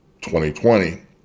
2020